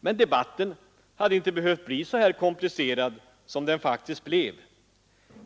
Men debatten hade inte behövt bli så komplicerad som den faktiskt blev.